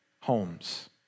homes